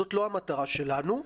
זאת לא המטרה שלנו,